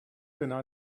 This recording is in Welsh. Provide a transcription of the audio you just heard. dyna